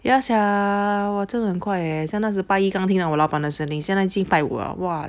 ya sia !wah! 真的很快 eh 那时拜一刚刚听到我老板的声音现在已经拜五了 !wah!